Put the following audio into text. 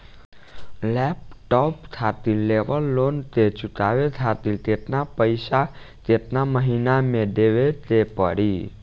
Laptop खातिर लेवल loan के चुकावे खातिर केतना पैसा केतना महिना मे देवे के पड़ी?